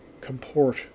comport